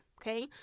okay